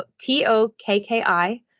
T-O-K-K-I